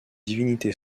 divinité